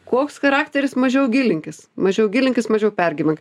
koks charakteris mažiau gilinkis mažiau gilinkis mažiau pergyvenk